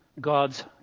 God's